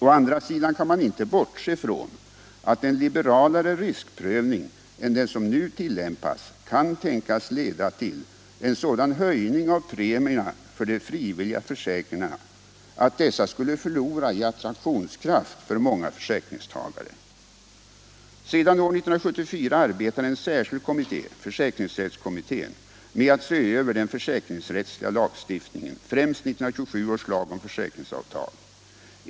Å andra sidan kan man inte bortse från att en liberalare riskprövning än den som nu tillämpas kan tänkas leda till en sådan höjning av premierna för de frivilliga försäkringarna att dessa skulle förlora i. attraktionskraft för många försäkringstagare. Sedan år 1974 arbetar en särskild kommitté, försäkringsrättskommittén, med att se över den försäkringsrättsliga lagstiftningen, främst 1927 års lag om försäkringsavtal.